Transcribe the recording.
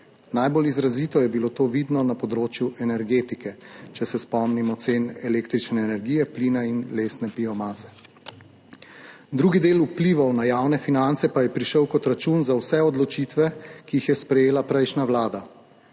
Najbolj izrazito je bilo to vidno na področju energetike, če se spomnimo cen električne energije, plina in lesne biomase. Drugi del vplivov na javne finance pa je prišel kot račun za vse odločitve, ki jih je sprejela prejšnja vlada.